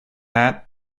hat